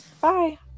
Bye